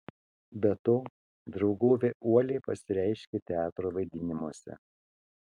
be to draugovė uoliai pasireiškė teatro vaidinimuose